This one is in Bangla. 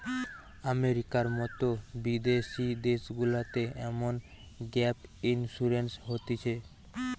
আমেরিকার মতো বিদেশি দেশগুলাতে এমন গ্যাপ ইন্সুরেন্স হতিছে